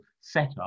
setup